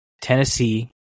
Tennessee